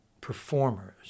performers